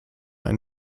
ein